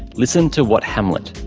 listen to what hamlet,